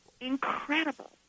incredible